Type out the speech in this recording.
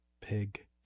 pig